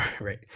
Right